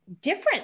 different